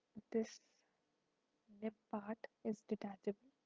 this nib part is detachable.